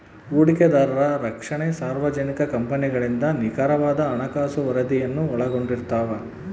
ಹೂಡಿಕೆದಾರರ ರಕ್ಷಣೆ ಸಾರ್ವಜನಿಕ ಕಂಪನಿಗಳಿಂದ ನಿಖರವಾದ ಹಣಕಾಸು ವರದಿಯನ್ನು ಒಳಗೊಂಡಿರ್ತವ